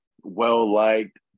well-liked